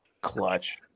clutch